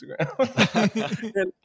Instagram